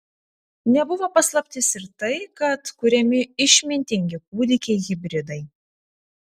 nebuvo paslaptis ir tai kad kuriami išmintingi kūdikiai hibridai